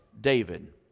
David